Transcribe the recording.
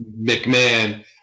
McMahon